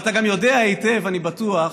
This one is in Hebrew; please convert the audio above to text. אתה יודע היטב, אני בטוח,